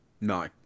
No